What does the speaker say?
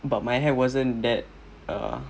but my hair wasn't that err